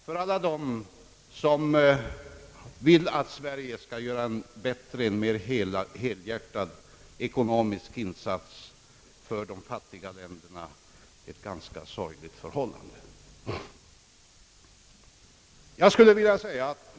För alla dem som vill att Sverige skall göra en mera helhjärtad ekonomisk insats för de fattiga länderna är det naturligtvis ett ganska sorgligt förhållande.